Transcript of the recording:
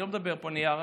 אני לא מדבר פה מנייר,